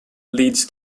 leads